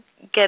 get